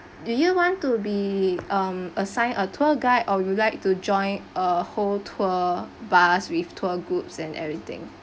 do you want to be um assigned a tour guide or you would like to join a whole tour bus with tour groups and everything